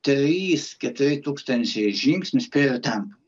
trys keturi tūkstančiai žingsnių spėriu tempu